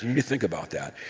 you think about that.